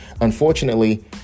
Unfortunately